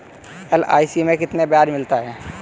LIC में कितना ब्याज मिलता है?